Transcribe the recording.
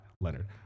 Leonard